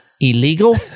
Illegal